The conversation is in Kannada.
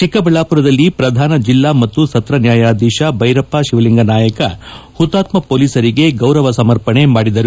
ಚಿಕ್ಕಬಳ್ಳಾಪುರದಲ್ಲಿ ಪ್ರಧಾನ ಜಿಲ್ಲಾ ಮತ್ತು ಸತ್ರ ನ್ಯಾಯಾಧೀಶ ಬೈರಪ್ಪ ಶಿವಲಿಂಗ ನಾಯಕ ಹುತಾತ್ಮ ಪೊಲೀಸರಿಗೆ ಗೌರವ ಸಮರ್ಪಣೆ ಮಾಡಿದರು